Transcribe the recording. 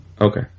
Okay